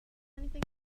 anything